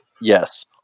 Yes